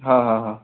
ह ह ह